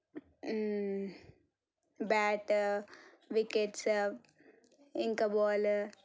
bat wickets ఇంకా బాలు